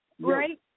Right